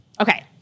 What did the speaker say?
Okay